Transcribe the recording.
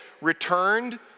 returned